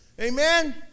Amen